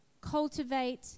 cultivate